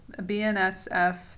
bnsf